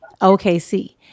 OKC